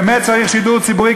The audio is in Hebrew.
באמת צריך שידור ציבורי,